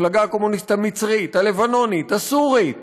המפלגה הקומוניסטית המצרית, הלבנונית, הסורית,